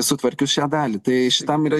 sutvarkius šią dalį tai šitam yra